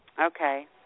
Okay